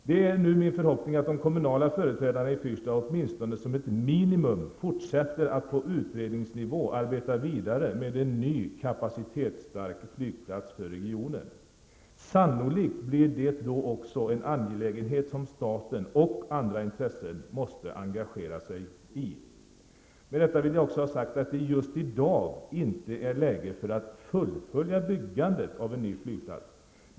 Det är min förhoppning att de kommunala företrädarna i Fyrstad åtminstone som ett minimum fortsätter att på utredningsnivå arbeta vidare med en ny kapacitetsstark flygplats för regionen. Sannolikt blir det då också en angelägenhet som staten och andra intressen måste engagera sig i. Med detta vill jag ha sagt att det just i dag inte är läge för att fullfölja byggandet av en ny flygplats.